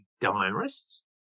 diarists